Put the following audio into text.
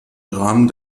rahmen